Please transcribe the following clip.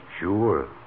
Sure